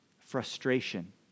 frustration